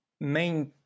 main